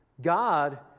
God